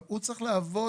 הוא צריך לעבוד,